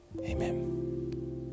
Amen